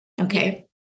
Okay